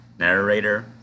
narrator